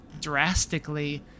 drastically